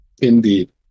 Indeed